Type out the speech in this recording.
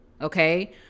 Okay